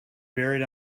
buried